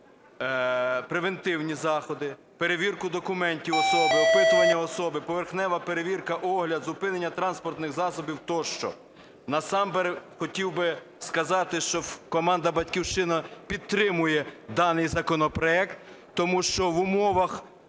Насамперед хотів би сказати, що команда "Батьківщина" підтримує даний законопроект, тому що в умовах